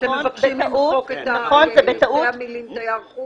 אתם מבקשים למחוק את שתי המילים "תייר חוץ"?